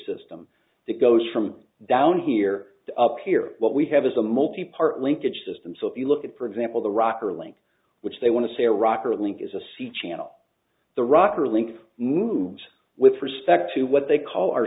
system that goes from down here up here what we have is a multi part linkage system so if you look at for example the rocker link which they want to say a rocker link is a sea channel the rocker link moves with respect to what they call our